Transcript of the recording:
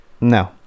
No